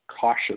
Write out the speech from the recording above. cautious